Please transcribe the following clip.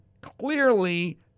clearly